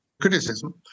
criticism